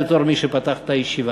בתור מי שפתח את המליאה.